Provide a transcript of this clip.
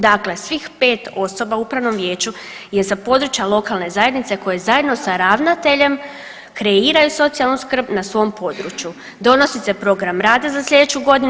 Dakle, svih 5 osoba u Upravnom vijeću je sa područja lokalne zajednice koji zajedno sa ravnateljem kreiraju socijalnu skrb na svom području, donosi se program rada za sljedeću godinu.